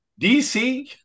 DC